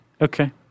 Okay